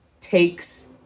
takes